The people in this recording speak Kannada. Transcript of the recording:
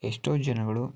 ಎಷ್ಟೋ ಜನಗಳು